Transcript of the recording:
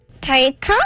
Take